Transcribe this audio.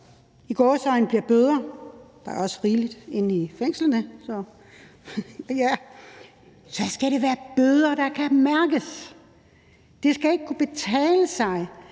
i gåseøjne, giver bøder – der er jo også rigeligt fyldt op inde i fængslerne – så skal det være bøder, der kan mærkes! Det skal ikke kunne betale sig